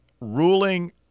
ruling